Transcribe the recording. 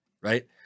right